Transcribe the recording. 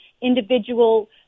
individual